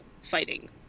fighting